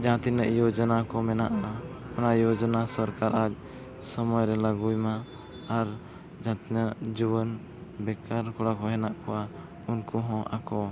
ᱡᱟᱦᱟᱸ ᱛᱤᱱᱟᱹᱜ ᱡᱳᱡᱚᱱᱟ ᱠᱚ ᱢᱮᱱᱟᱜᱼᱟ ᱚᱱᱟ ᱡᱳᱡᱽᱱᱟ ᱥᱚᱨᱠᱟᱨ ᱟᱡ ᱥᱚᱢᱚᱭᱨᱮᱭ ᱞᱟᱹᱜᱩᱭ ᱢᱟ ᱟᱨ ᱡᱟᱦᱟᱸ ᱛᱤᱱᱟᱹᱜ ᱡᱩᱣᱟᱹᱱ ᱵᱮᱠᱟᱨ ᱠᱚᱲᱟ ᱠᱚ ᱦᱮᱱᱟᱜ ᱠᱚᱣᱟ ᱩᱱᱠᱩ ᱦᱚᱸ ᱟᱠᱚ